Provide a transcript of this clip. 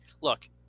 Look